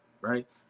right